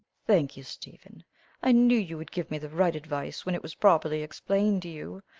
thank you, stephen i knew you would give me the right advice when it was properly explained to you.